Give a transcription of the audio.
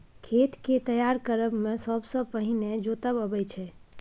खेत केँ तैयार करब मे सबसँ पहिने जोतब अबै छै